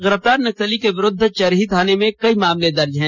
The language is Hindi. गिरफ्तार नक्सली के विरुद्ध चरही थाना में कई मामले दर्ज हैं